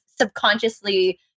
subconsciously